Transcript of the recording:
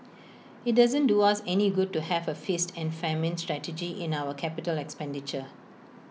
IT doesn't do us any good to have A feast and famine strategy in our capital expenditure